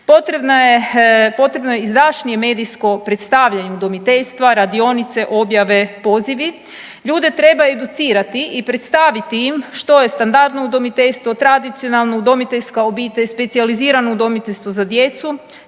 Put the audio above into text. Potrebno je izdašnije medijsko predstavljanje udomoteljstva, radionice, objave, pozivi, ljude treba educirati i predstaviti im što je standardno udomiteljstvo, tradicionalno, udomiteljska obitelj, specijalizirano udomiteljstvo za djecu.